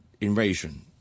invasion